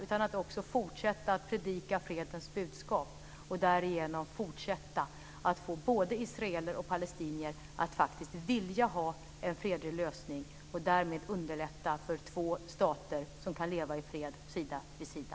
De kan också fortsätta att predika fredens budskap och därigenom fortsätta att få både israeler och palestinier att faktiskt vilja ha en fredlig lösning och därmed underlätta för två stater som kan leva i fred sida vid sida.